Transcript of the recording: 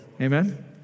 Amen